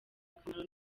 akamaro